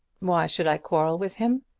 why should i quarrel with him?